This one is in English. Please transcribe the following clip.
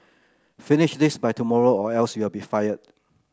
finish this by tomorrow or else you'll be fired